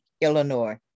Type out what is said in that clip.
Illinois